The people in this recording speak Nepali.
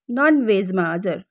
नन भेजमा हजुर